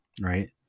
right